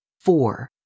four